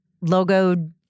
logo